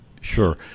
sure